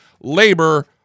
labor